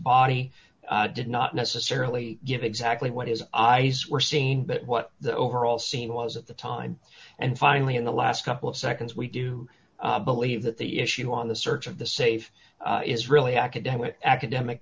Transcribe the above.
body did not necessarily give exactly what his eyes were seen but what the overall scene was at the time and finally in the last couple of seconds we do believe that the issue on the search of the safe is really academic academic